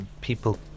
people